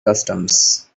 customs